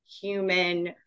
human